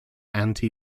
anti